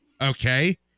Okay